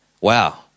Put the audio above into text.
Wow